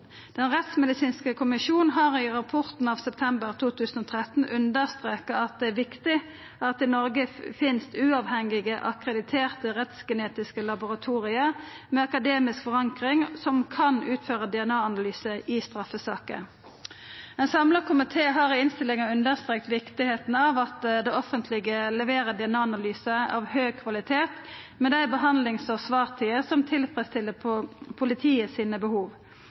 Den rettsmedisinske kommisjon har i sin rapport av september 2013 streka under at det er viktig at det i Noreg finst uavhengige, akkrediterte rettsgenetiske laboratorium med akademisk forankring som kan utføra DNA-analysar i straffesaker. Ein samla komité har i innstillinga streka under viktigheita av at det offentlege leverer DNA-analysar av høg kvalitet med dei behandlings- og svartidene som